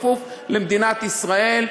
כפוף למדינת ישראל,